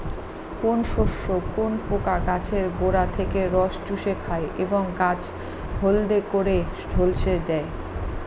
কোন শস্যে কোন পোকা গাছের গোড়া থেকে রস চুষে খায় এবং গাছ হলদে করে ঝলসে দেয়?